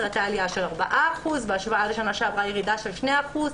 אחר כך,